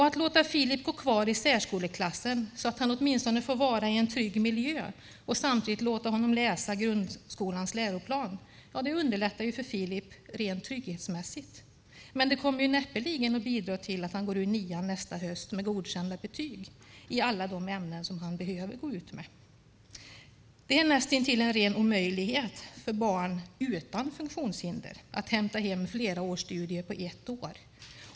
Att låta Filip gå kvar i särskoleklassen så att han åtminstone får vara i en trygg miljö och samtidigt låta honom läsa enligt grundskolans läroplan underlättar ju för Filip rent trygghetsmässigt, men det kommer näppeligen att bidra till att han går ut nian nästa höst med godkända betyg i alla de ämnen som han behöver ha det i. Det är näst intill en ren omöjlighet för barn utan funktionshinder att hämta hem flera års studier på ett år.